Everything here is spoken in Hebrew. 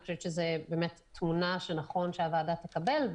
אני חושבת שזה באמת תמונה שנכון שהוועדה תקבל,